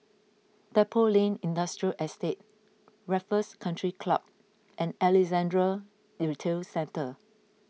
Depot Lane Industrial Estate Raffles Country Club and Alexandra Retail Centre